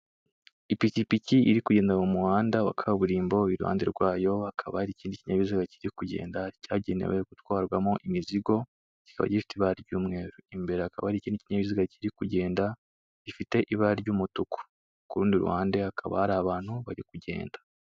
Ipikipiki iri kugenda mu muhanda wa kaburimbo iruhande rwayo hakaba hari ikindi kinyabiziga kiri kugenda cyagenewe gutwarwamo imizigo, kikaba gifite ibara ry'umweru imbere akaba hari ikinyabiziga kiri kugenda gifite ibara ry'umutuku, ku rundi ruhande hakaba hari abantu bari kugenda.